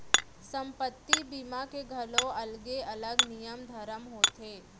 संपत्ति बीमा के घलौ अलगे अलग नियम धरम होथे